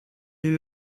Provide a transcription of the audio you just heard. est